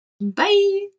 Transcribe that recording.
Bye